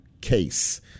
case